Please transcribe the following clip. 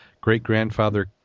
Great-grandfather